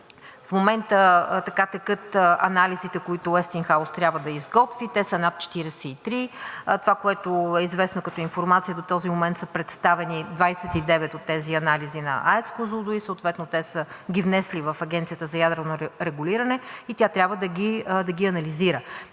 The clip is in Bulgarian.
В момента текат анализите, които „Уестингхаус“ трябва да изготви, те са над 43. Това, което е известно като информация, до този момент са представени 29 от тези анализи на АЕЦ „Козлодуй“, съответно те са ги внесли в Агенцията за ядрено регулиране и тя трябва да ги анализира.